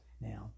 Now